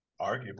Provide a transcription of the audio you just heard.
arguably